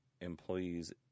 employees